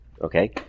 Okay